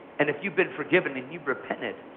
and if you've been forgiven and you've repented,